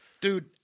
Dude